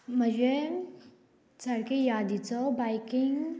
म्हजें सारकें यादीचो बायकींग